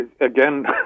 again